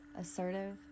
assertive